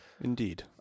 indeed